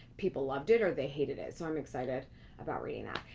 people loved it or they hated it, so i'm excited about reading that.